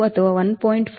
2 ಅಥವಾ 1